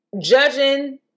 judging